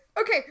Okay